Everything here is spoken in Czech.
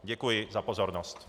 Děkuji za pozornost.